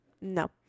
no